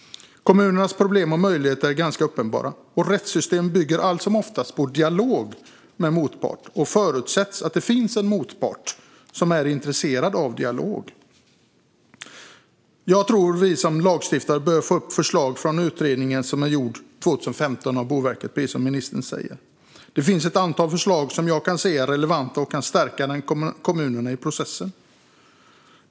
Kommunernas problem och möjligheter är ganska uppenbara. Vårt rättssystem bygger allt som oftast på dialog med en motpart, och det förutsätts att det finns en motpart som är intresserad av dialog. Jag tror att vi som lagstiftare bör få upp förslag från den utredning som gjordes 2015 av Boverket, precis som ministern sa. Det finns ett antal förslag som jag kan se är relevanta och kan stärka kommunerna i processen.